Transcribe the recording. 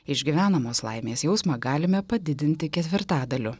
išgyvenamos laimės jausmą galime padidinti ketvirtadaliu